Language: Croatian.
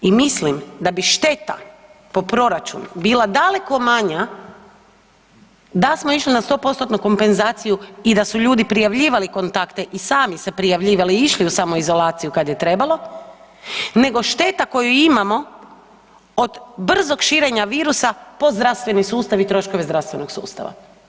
I mislim da bi šteta po proračun bila daleko manja da smo išli na 100% kompenzaciju i da su ljudi prijavljivali kontakte i sami se prijavljivali i išli u samoizolaciju kad je trebalo nego šteta koju imamo od brzog širenja virusa po zdravstveni sustav i troškove zdravstvenog sustava.